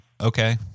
Okay